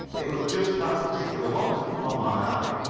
it was just that particular one that caught my eye